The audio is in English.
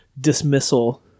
dismissal